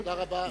תודה רבה.